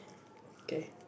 okay